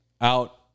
out